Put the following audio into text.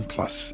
Plus